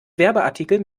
werbeartikel